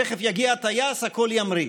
תכף יגיע הטייס, הכול ימריא.